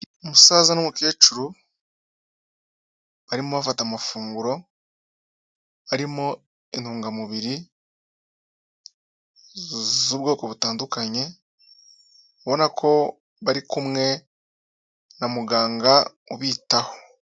Umusaza n'umukecuru barimo bafata amafunguro arimo intungamubiri z'ubwoko butandukanye, ubona ko bari kumwe na muganga ubitaho.